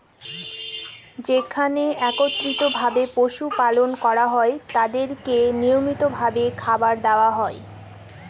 যেখানে একত্রিত ভাবে পশু পালন করা হয় তাদেরকে নিয়মিত ভাবে খাবার দেওয়া হয়